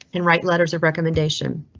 and write letters of recommendation.